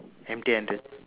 empty-handed